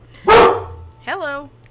Hello